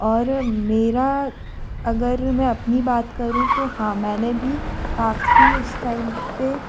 और मेरा अगर मैं अपनी बात करूँ तो हाँ मैंने भी काफ़ी उस टाइम पर